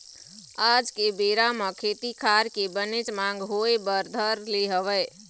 आज के बेरा म खेती खार के बनेच मांग होय बर धर ले हवय